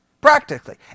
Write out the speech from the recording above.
Practically